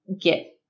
get